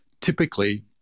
typically